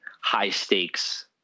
high-stakes